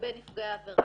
לגבי נפגעי עבירה.